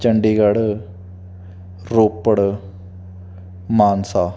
Chandigarh Ropar Mansa